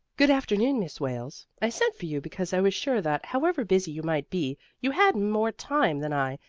good-afternoon, miss wales. i sent for you because i was sure that, however busy you might be you had more time than i,